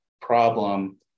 problem